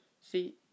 See